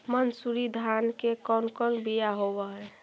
मनसूरी धान के कौन कौन बियाह होव हैं?